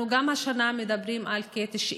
אנחנו גם השנה מדברים על כ-90